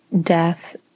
death